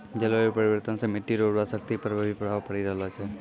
जलवायु परिवर्तन से मट्टी रो उर्वरा शक्ति पर भी प्रभाव पड़ी रहलो छै